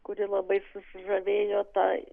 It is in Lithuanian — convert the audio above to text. kuri labai susižavėjo ta